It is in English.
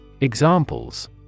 Examples